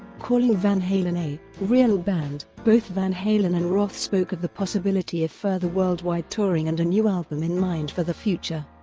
calling van halen a real band, both van halen and roth spoke of the possibility of further worldwide touring and a new album in mind for the future.